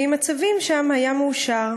ועם הצבים שם היה מאושר.